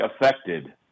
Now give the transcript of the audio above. affected